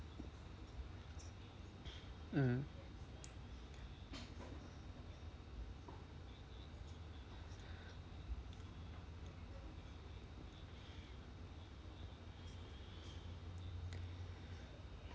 mm